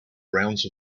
rounds